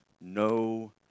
no